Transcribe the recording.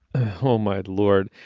oh, my lord.